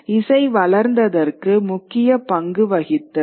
இசை வளர்ந்ததற்கு முக்கிய பங்கு வகித்தது